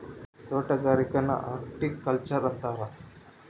ತೊಟಗಾರಿಕೆನ horticulture ಅಂತಾರ